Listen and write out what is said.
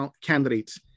candidates